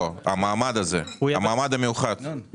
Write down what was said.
לא, המעמד המיוחד הזה.